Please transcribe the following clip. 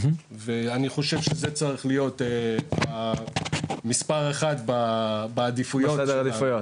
אני חושב שזה צריך להיות מספר אחד בעדיפויות --- בסדר העדיפויות.